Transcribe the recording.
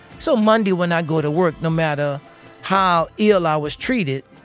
so monday when i go to work, no matter how ill i was treated,